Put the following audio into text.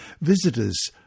visitors